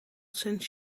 since